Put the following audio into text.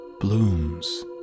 blooms